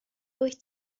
wyt